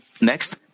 Next